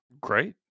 Great